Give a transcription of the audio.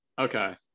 okay